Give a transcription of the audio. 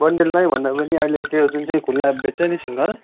बन्डलमा भन्दा पनि अहिले त्यो जुन चाहिँ खुला बेच्छ नि सिङ्गल